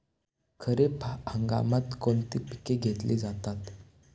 खरीप हंगामात कोणती पिके घेतली जातात?